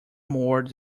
more